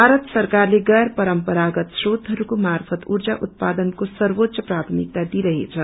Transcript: भारत सरकारले गैर पराम्परागत श्रोतहरूको मार्फत ऊर्जा उतपादनको सर्वोच्च प्राथमिकता दिईरहेछ